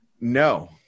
No